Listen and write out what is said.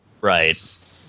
Right